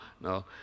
no